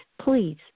Please